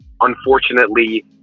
unfortunately